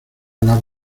alas